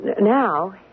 Now